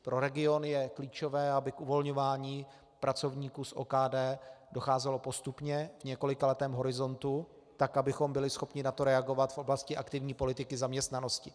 Pro region je klíčové, aby k uvolňování pracovníků z OKD docházelo postupně v několikaletém horizontu, tak abychom byli schopni na to reagovat v oblasti aktivní politiky zaměstnanosti.